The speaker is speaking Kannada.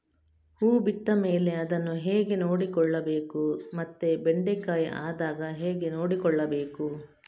ಹೂ ಬಿಟ್ಟ ಮೇಲೆ ಅದನ್ನು ಹೇಗೆ ನೋಡಿಕೊಳ್ಳಬೇಕು ಮತ್ತೆ ಬೆಂಡೆ ಕಾಯಿ ಆದಾಗ ಹೇಗೆ ನೋಡಿಕೊಳ್ಳಬೇಕು?